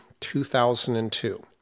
2002